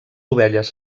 ovelles